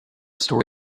story